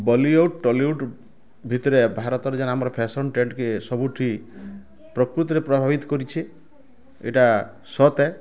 Bollywood Tollywood ଭିତରେ ଭାରତ୍ ର ଯାନ୍ ଆମର୍ ଫ୍ୟାସନ୍ ଟ୍ରେଣ୍ଡ କେ ସବୁଠି ପ୍ରକୃତ୍ ରେ ପ୍ରଭାବିତ୍ କରିଛି ଏଟା ସତ୍ ହେ